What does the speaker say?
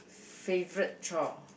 favourite chore